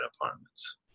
apartments